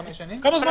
חדש.